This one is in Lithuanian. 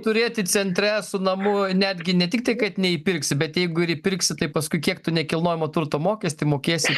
turėti centre su namu netgi ne tiktai kad neįpirksi bet jeigu ir įpirksi tai paskui kiek tu nekilnojamo turto mokestį mokėsit